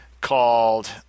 called